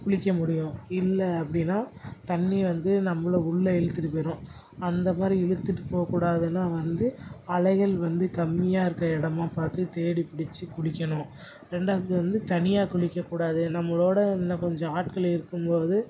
குளிக்க முடியும் இல்லை அப்படினா தண்ணி வந்து நம்மளை உள்ளே இழுத்துட்டு பேரும் அந்த மாதிரி இழுத்துட்டு போகக்கூடாதுனா வந்து அலைகள் வந்து கம்மியாக இருக்க இடமா பார்த்து தேடி புடிச்சு குளிக்கணும் ரெண்டாவது வந்து தனியாக குளிக்கக்கூடாது நம்மளோட இன்னும் கொஞ்சம் ஆட்கள் இருக்கும் போது